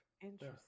Interesting